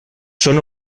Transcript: són